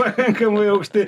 pakankamai aukšti